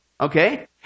Okay